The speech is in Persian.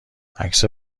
عکس